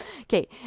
Okay